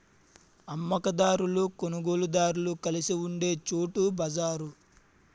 అమ్మ కందారులు కొనుగోలుదారులు కలిసి ఉండే చోటు బజారు